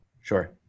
Sure